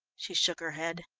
she shook her head.